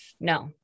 no